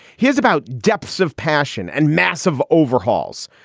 hears about depths of passion and massive overhauls,